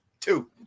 Two